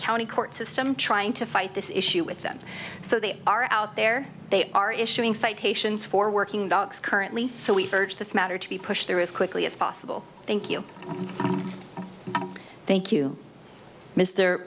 county court system trying to fight this issue with them so they are out there they are issuing flight haitians for working dogs currently so we urge this matter to be pushed there as quickly as possible thank you thank you mr